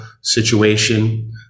situation